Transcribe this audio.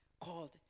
called